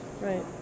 Right